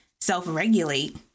self-regulate